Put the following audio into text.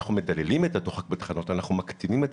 וכשאנחנו מדללים את הדוחק בתחנות אנחנו מקטינים את